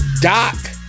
Doc